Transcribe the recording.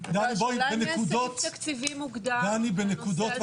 השאלה אם יש סעיף תקציבי מוגדר לנושא הזה,